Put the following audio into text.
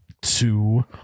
two